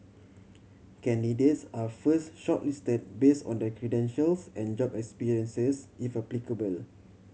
candidates are first shortlisted base on their credentials and job experiences if applicable